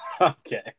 Okay